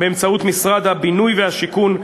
באמצעות משרד הבינוי והשיכון,